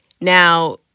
Now